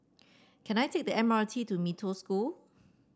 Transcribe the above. can I take the M R T to Mee Toh School